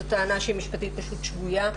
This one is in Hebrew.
זאת טענה שהיא משפטית פשוט שגויה.